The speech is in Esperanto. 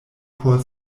por